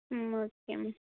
ம் okay ma'am